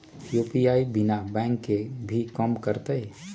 UPI बिना bank के भी कम करतै?